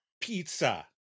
Pizza